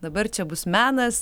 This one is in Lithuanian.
dabar čia bus menas